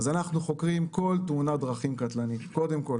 אז אנחנו חוקרים כל תאונת דרכים קטלנית קודם כל.